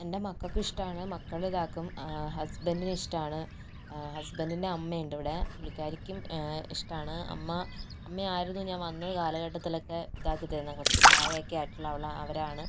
എൻ്റെ മക്കൾക്ക് ഇഷ്ടമാണ് മക്കൾക്കും ഹസ്ബൻഡിനും ഇഷ്ടമാണ് ഹസ്ബൻഡിൻ്റെ അമ്മ ഉണ്ട് ഇവിടെ പുള്ളിക്കാരിക്കും ഇഷ്ടമാണ് അമ്മ അമ്മയായിരുന്നു ഞാൻ വന്ന കാലഘട്ടത്തിലൊക്കെ ഇതാക്കിതരുന്നത് കുറച്ച് പ്രായം ഒക്കെ ആയിട്ടുള്ള അവരാണ്